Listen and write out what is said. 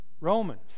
Romans